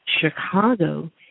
Chicago